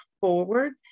forward